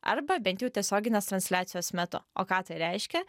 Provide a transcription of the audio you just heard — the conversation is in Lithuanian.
arba bent jau tiesioginės transliacijos metu o ką tai reiškia